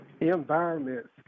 environments